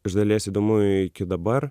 iš dalies įdomu iki dabar